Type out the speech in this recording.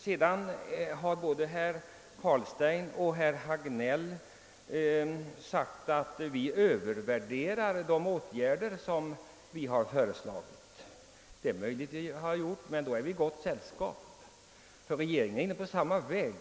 Både herr Carlstein och herr Hagnell har sagt att vi motionärer överdriver de åtgärder som vi har föreslagit. Men om vi har gjort det, vilket jag betvivlar, då är vi i gott sällskap, ty regeringen är inne på samma väg.